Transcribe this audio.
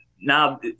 now